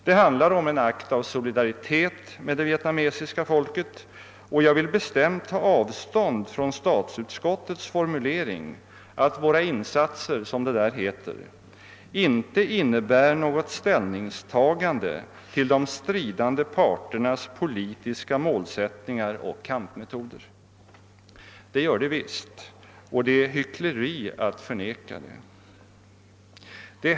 Det handlar om en akt av solidaritet med det vietnamesiska folket, och jag vill bestämt ta avstånd från statsutskottets formulering att våra insatser, som det där heter, »inte innebär något ställningstagande till de stridande parternas politiska målsättningar och kampmetoder». Det gör det visst, och detär hyckleri att förneka detta.